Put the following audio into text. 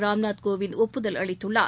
ராம்நாத் கோவிந்த் ஒப்புதல் அளித்துள்ளார்